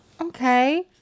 okay